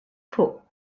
four